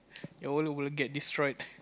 your wallet wouldn't get destroyed